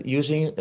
using